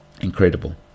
incredible